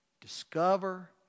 Discover